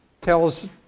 tells